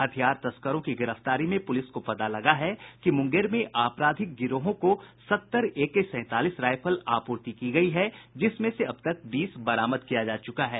हथियार तस्करों की गिरफ्तारी में पुलिस को पता लगा है कि मुंगेर में आपराधिक गिरोहों को सत्तर एके सैंतालीस राइफल आपूर्ति की गयी है जिसमें से अब तक बीस को बरामद किया जा चुका है